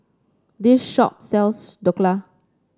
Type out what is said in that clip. this shop sells Dhokla